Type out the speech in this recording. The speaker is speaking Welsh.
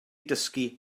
dysgu